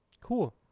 Cool